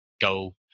go